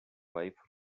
wife